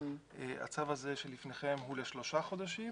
הצו הזה שלפניכם הוא לשלושה חודשים